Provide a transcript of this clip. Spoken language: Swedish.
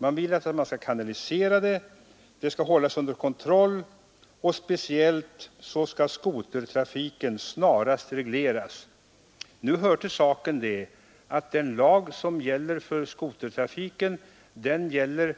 Det skall kanaliseras och hållas under kontroll. Speciellt skotertrafiken skall snarast regleras. Nu hör till saken att den lag som gäller för skotertrafik gäller